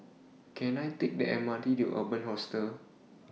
Can I Take The M R T to Urban Hostel